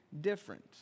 different